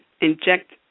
inject